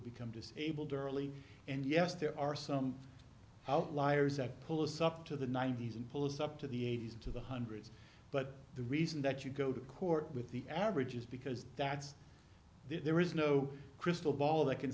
become disabled early and yes there are some outliers that pull us up to the ninety's and pull us up to the eighty's into the hundreds but the reason that you go to court with the average is because that's there is no crystal ball that can